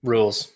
Rules